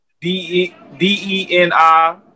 d-e-d-e-n-i